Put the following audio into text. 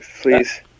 please